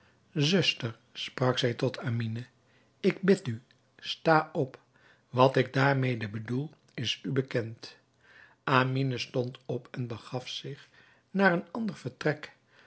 zuster sprak zij tot amine ik bid u sta op wat ik daarmede bedoel is u bekend amine stond op en begaf zich naar een ander vertrek